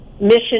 mission